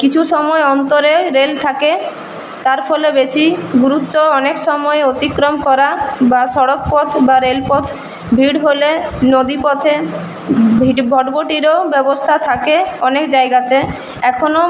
কিছু সময় অন্তরে রেল থাকে তার ফলে বেশি গুরুত্ব অনেক সময় অতিক্রম করা বা সড়কপথ বা রেলপথ ভিড় হলে নদীপথে ভটভটিরও ব্যবস্থা থাকে অনেক জায়গাতে এখনও